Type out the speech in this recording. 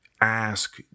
ask